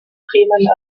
bremen